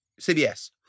cbs